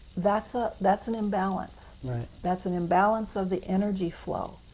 that's ah that's an imbalance. that's an imbalance of the energy flow.